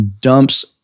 dumps